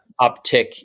uptick